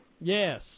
Yes